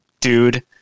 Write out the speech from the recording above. Dude